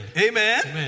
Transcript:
Amen